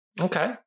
Okay